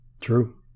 True